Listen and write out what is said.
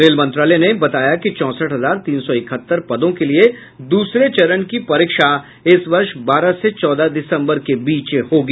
rail मंत्रालय ने बताया कि चौंसठ हजार तीन सौ इकहत्तर पदों के लिए दूसरे चरण की परीक्षा इस वर्ष बारह से चौदह दिसंबर के बीच होगी